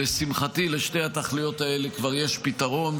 שלשמחתי לשתי התכליות האלו כבר יש פתרון,